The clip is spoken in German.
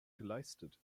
geleistet